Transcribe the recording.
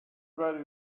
where